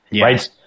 Right